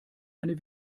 eine